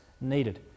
needed